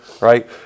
Right